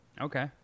Okay